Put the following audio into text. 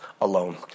alone